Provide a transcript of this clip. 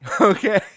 Okay